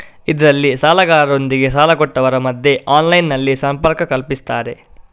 ಇದ್ರಲ್ಲಿ ಸಾಲಗಾರರೊಂದಿಗೆ ಸಾಲ ಕೊಟ್ಟವರ ಮಧ್ಯ ಆನ್ಲೈನಿನಲ್ಲಿ ಸಂಪರ್ಕ ಕಲ್ಪಿಸ್ತಾರೆ